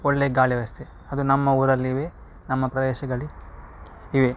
ಒಳ್ಳೆ ಗಾಳಿ ವ್ಯವಸ್ಥೆ ಅದು ನಮ್ಮ ಊರಲ್ಲಿ ಇವೆ ನಮ್ಮ ಪ್ರದೇಶದಲ್ಲಿ ಇವೆ